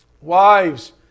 wives